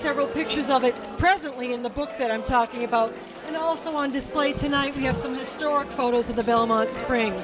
several pictures of it presently in the book that i'm talking about and also one display tonight be of some historic photos of the belmont spring